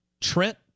Trent